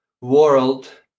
world